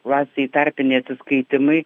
klasėj tarpiniai atsiskaitymai